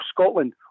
Scotland